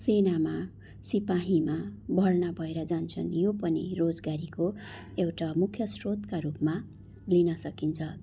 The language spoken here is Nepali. सेनामा सिपाहीमा भर्ना भएर जान्छन् यो पनि रोजगारीको एउटा मुख्य स्रोतका रूपमा लिन सकिन्छ